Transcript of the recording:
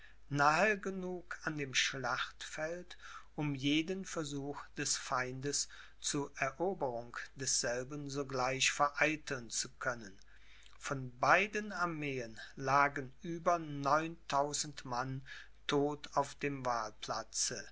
nahe genug an dem schlachtfeld um jeden versuch des feindes zu eroberung desselben sogleich vereiteln zu können von beiden armeen lagen über neuntausend mann todt auf dem